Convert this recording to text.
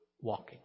walking